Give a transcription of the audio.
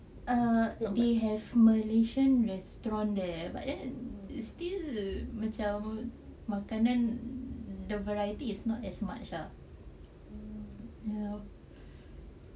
err they have malaysian restaurant there but then it's still macam makanan the variety is not as much lah ya